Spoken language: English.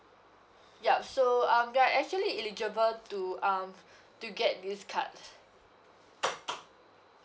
yup so um you're actually illegible to um to get this card